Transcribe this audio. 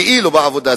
כאילו בעבודה.